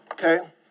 Okay